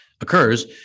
occurs